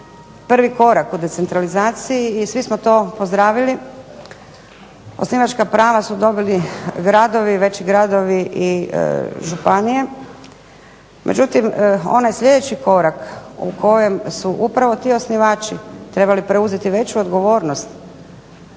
prvi korak u decentralizaciji i svi smo to pozdravili. Osnivačka prava su dobili gradovi, veći gradovi i županije. Međutim, onaj sljedeći korak u kojem su upravo ti osnivači trebali preuzeti veću odgovornost